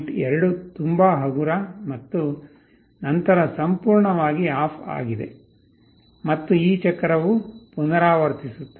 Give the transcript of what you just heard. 2 ತುಂಬಾ ಹಗುರ ಮತ್ತು ನಂತರ ಸಂಪೂರ್ಣವಾಗಿ ಆಫ್ ಆಗಿದೆ ಮತ್ತು ಈ ಚಕ್ರವು ಪುನರಾವರ್ತಿಸುತ್ತದೆ